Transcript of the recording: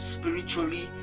spiritually